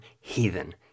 Heathen